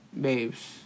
babes